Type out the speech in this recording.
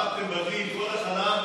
בעטתם בדלי עם כל החלב,